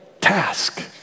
task